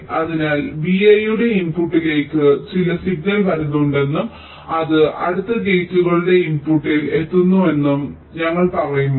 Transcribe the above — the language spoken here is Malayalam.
അതിനാൽ vi യുടെ ഇൻപുട്ടിലേക്ക് ചില സിഗ്നൽ വരുന്നുണ്ടെന്നും അത് അടുത്ത ഗേറ്റുകളുടെ ഇൻപുട്ടിൽ എത്തുന്നുവെന്നും ഞങ്ങൾ പറയുമ്പോൾ